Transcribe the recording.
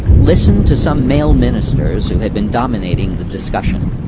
listened to some male ministers who had been dominating the discussion.